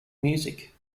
music